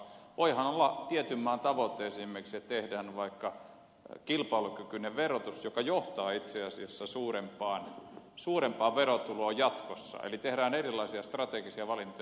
voihan tietyn maan tavoite esimerkiksi olla että tehdään vaikka kilpailukykyinen verotus joka johtaa itse asiassa suurempaan verotuloon jatkossa eli tehdään erilaisia strategisia valintoja